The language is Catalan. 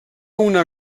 una